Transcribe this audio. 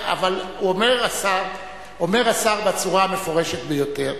אבל אומר השר, אומר השר בצורה המפורשת ביותר: